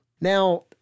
Now